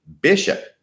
bishop